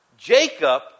Jacob